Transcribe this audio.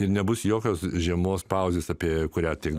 ir nebus jokios žiemos pauzės apie kurią tik